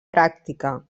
pràctica